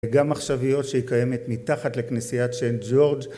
וגם מחשביות שהיא קיימת מתחת לכנסיית סנט ג'ורג'